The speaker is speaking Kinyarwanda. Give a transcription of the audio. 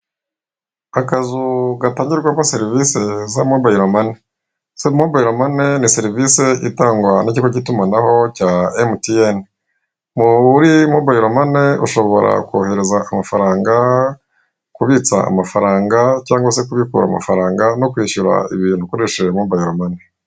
Akazu gatangirwamo serivise za mobayiro mane, mobayiro mane ni serivise itangwa n'ikigo k'itumanaho cya emutiyene. Muri mobayiro mane ushobora kohereza amafaranga, kubitsa amafaranga cyangwa se kubikura amafaranga no kwishyura ibintu ukoresheje mobayiro mane.